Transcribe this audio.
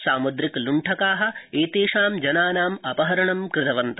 साम्द्रिक ल्ण्ठका एतेषां जनाना अपहरण कृतवन्त